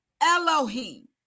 Elohim